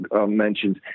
mentions